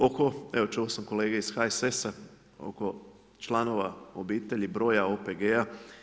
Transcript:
Oko, evo čuo sam kolege iz HSS, oko članova obitelji, broja OPG-a.